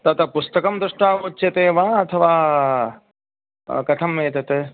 तत् पुस्तकं दृष्ट्वा उच्यते वा अथवा कथम् एतत्